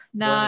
na